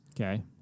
Okay